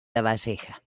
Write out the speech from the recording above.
lavalleja